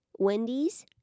Wendy's